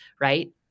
right